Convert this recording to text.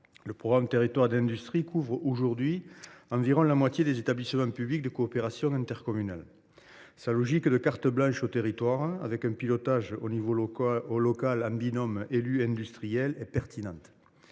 Le programme Territoires d’industrie couvre aujourd’hui environ la moitié des établissements publics de coopération intercommunale (EPCI). Sa logique de carte blanche aux territoires, fondée sur un pilotage local assuré par un binôme élu industriel, est pertinente.